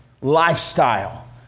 lifestyle